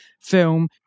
film